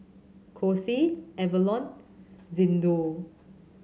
Kose Avalon Xndo